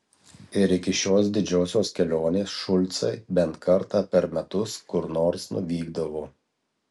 ir iki šios didžiosios kelionės šulcai bent kartą per metus kur nors nuvykdavo